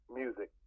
music